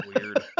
weird